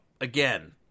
again